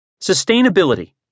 Sustainability